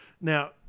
now